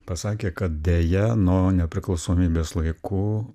pasakė kad deja nuo nepriklausomybės laikų